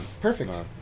Perfect